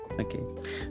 okay